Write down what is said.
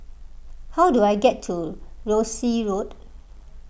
how do I get to Rosyth Road